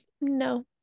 no